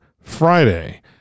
Friday